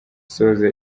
isoza